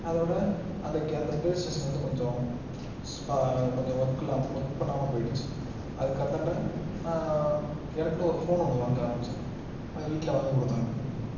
அதோடய அந்த கே அந்த ப்ளே ஸ்டேஷன் வந்து கொஞ்சம் ஸ்பா கொஞ்சம் ஒர்க் இல்லாமல் ஒர்க் பண்ணாமல் போயிடுச்சு அதுக்கு அந்தாண்ட நான் எனக்குன்னு ஒரு ஃபோன் ஒன்று வாங்கள் ஆரம்மிச்சேன் அது வீட்டில் வாங்கி கொடுத்தாங்க